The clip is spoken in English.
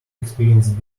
experienced